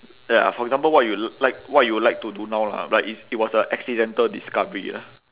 ya for example what you like what you like to do now lah but it's it was a accidental discovery lah